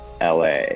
LA